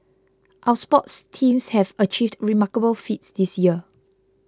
our sports teams have achieved remarkable feats this year